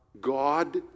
God